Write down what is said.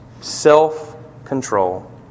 Self-control